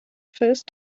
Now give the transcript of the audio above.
first